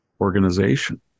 organization